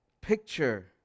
Picture